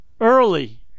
early